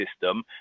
system